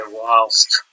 whilst